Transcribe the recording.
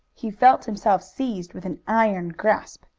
he felt himself seized with an iron grasp.